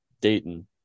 Dayton